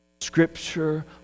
Scripture